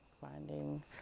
finding